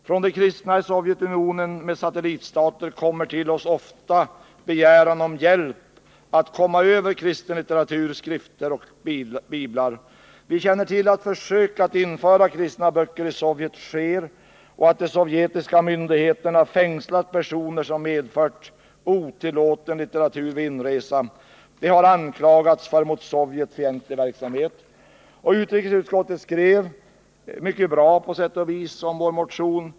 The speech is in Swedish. Från de kristna i Sovjetunionen med satellitstater kommer till oss ofta begäran om hjälp att komma över kristen litteratur, skrifter och biblar. Vi känner till att försök att införa kristna böcker i Sovjet sker och att de sovjetiska myndigheterna fängslat personer som medfört "otillåten" litteratur vid inresa. De har anklagats för mot Sovjet fientlig verksamhet.” Utrikesutskottet skrev på sätt och vis mycket bra om vår motion.